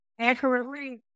accurately